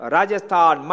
Rajasthan